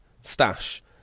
Stash